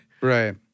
Right